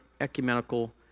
ecumenical